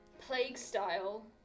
Plague-style